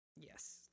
yes